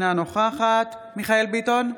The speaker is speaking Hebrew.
אינה נוכחת מיכאל מרדכי ביטון,